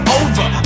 over